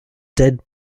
dead